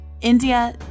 India